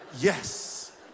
Yes